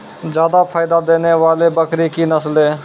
जादा फायदा देने वाले बकरी की नसले?